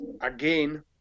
Again